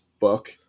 fuck